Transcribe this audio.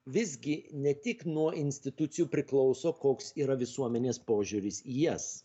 visgi ne tik nuo institucijų priklauso koks yra visuomenės požiūris į jas